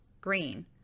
green